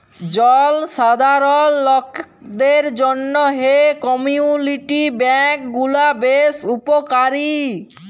জলসাধারল লকদের জ্যনহে কমিউলিটি ব্যাংক গুলা বেশ উপকারী